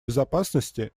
безопасности